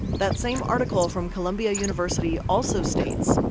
that same article from columbia university, also states,